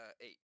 eight